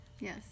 Yes